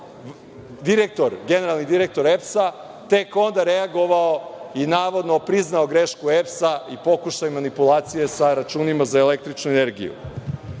generalni direktor EPS-a tek onda reagovao i navodno priznao grešku EPS-a i pokušaj manipulacije sa računima za električnu